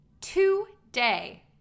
today